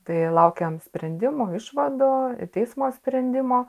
tai laukiam sprendimo išvadų teismo sprendimo